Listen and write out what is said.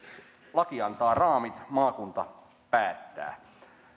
laki antaa raamit maakunta päättää